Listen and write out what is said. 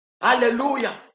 Hallelujah